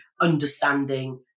understanding